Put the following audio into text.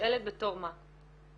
מושאלת בתור מה?